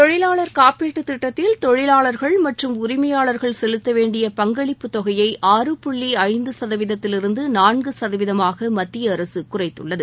தொழிலாளர் காப்பீட்டு திட்டத்தில் தொழிலாளர்கள் மற்றும் நிறுவளங்கள் செலுத்தவேண்டிய பங்களிப்பு தொகையை ஆறு புள்ளி ஐந்து சதவீதத்திலிருந்து நான்கு சதவீதமாக மத்திய அரசு குறைத்துள்ளது